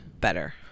Better